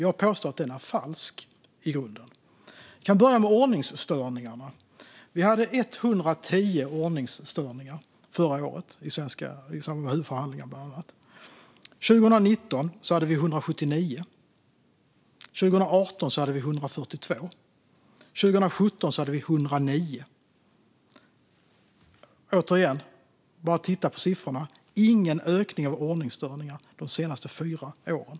Jag påstår att den i grunden är falsk. Jag kan börja med ordningsstörningarna. Vi hade 110 ordningsstörningar förra året i svenska domstolar, bland annat i huvudförhandlingar. År 2019 hade vi 179, 2018 hade vi 142, 2017 hade vi 109. Återigen: Titta på siffrorna! Det är ingen ökning av antalet ordningsstörningar de senaste fyra åren.